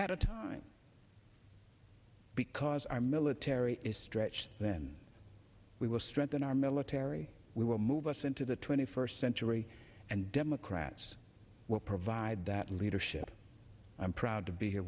at a time because our military is stretched then we will strengthen our military we will move us into the twenty first century and democrats will provide that leadership i'm proud to be here